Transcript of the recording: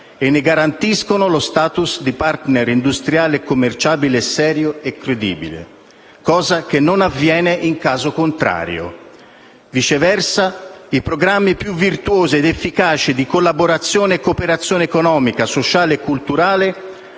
e ne garantiscono lo *status* di *partner* industriale e commerciale serio e credibile, cosa che non avviene in caso contrario. Viceversa, i programmi più virtuosi ed efficaci di collaborazione e cooperazione economica, sociale e culturale